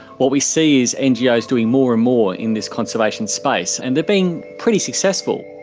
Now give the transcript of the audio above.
what we see is ngos doing more and more in this conservation space and they've been pretty successful.